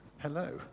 Hello